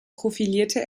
profilierte